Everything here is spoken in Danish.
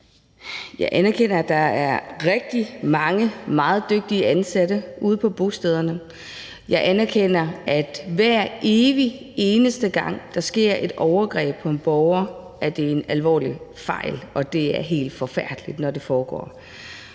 Jeg anerkender, at der er rigtig mange meget dygtige ansatte på bostederne. Jeg anerkender, at hver evig eneste gang der sker et overgreb på en borger, er det en alvorlig fejl, og at det er helt forfærdeligt, når det foregår.